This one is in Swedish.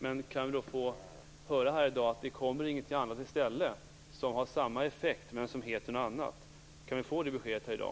Men kan vi då få höra här i dag att det inte kommer någonting i stället som har samma effekt men som heter någonting annat? Kan vi få det beskedet här i dag?